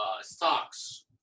stocks